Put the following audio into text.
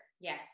Yes